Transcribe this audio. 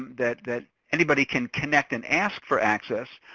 that that anybody can connect and ask for access,